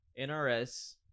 NRS